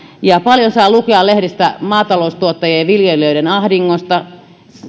ja paljon saa lukea lehdistä maataloustuottajien ja viljelijöiden ahdingosta